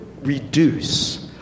reduce